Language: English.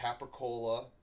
Capricola